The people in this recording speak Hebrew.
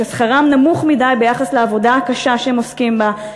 ששכרם נמוך מדי ביחס לעבודה הקשה שהם עוסקים בה,